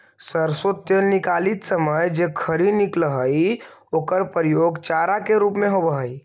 सरसो तेल निकालित समय जे खरी निकलऽ हइ ओकर प्रयोग चारा के रूप में होवऽ हइ